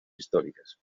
históricas